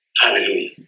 hallelujah